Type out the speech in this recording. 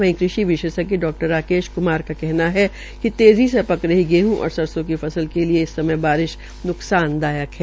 वहीं कृषि डा राकेश कुमार का कहना है कि तेज़ी से पक रही गेहं और सरसों की फसल के लिये इस बारिश न्कसान दायक है